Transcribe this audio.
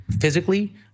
Physically